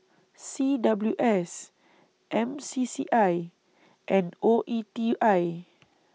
C W S M C C I and O E T I